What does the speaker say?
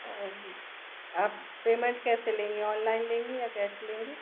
और आप पेमेंट कैसे लेंगे ऑनलाइन लेंगी या कैश लेंगी